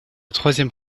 troisième